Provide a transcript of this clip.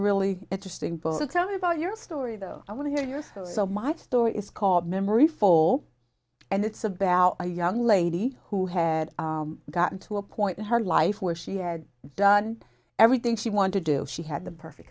really interesting book come about your story though i want to hear your thoughts so my story is called memory full and it's about a young lady who had gotten to a point in her life where she had done everything she wanted to do she had the perfect